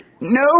No